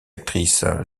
actrices